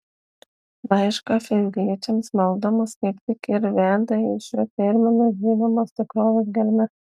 laiško efeziečiams malda mus kaip tik ir veda į šiuo terminu žymimos tikrovės gelmes